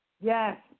Yes